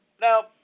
Now